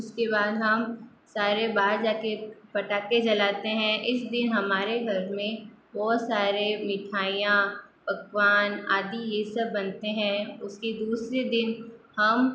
उसके बाद हम सारे बाहर जाके पटाखे जलाते हैं इस दिन हमारे घर में बहुत सारे मिठाइयाँ पकवान आदि ये सब बनते हैं उसके दूसरे दिन हम